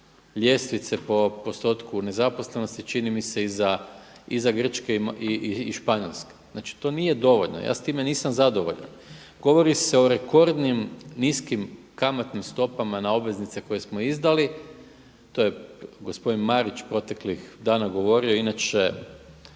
ljestvice po postotku nezaposlenih, čini mi se iza Grčke i Španjolske. Znači to nije dovoljno, ja s time nisam zadovoljan. Govori se o rekordnim niskim kamatnim stopama na obveznice koje smo izdali, to je gospodin Marić proteklih dana govorio, inače